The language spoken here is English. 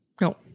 No